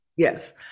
Yes